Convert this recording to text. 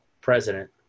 president